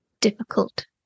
difficult